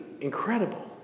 incredible